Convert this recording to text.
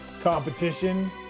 competition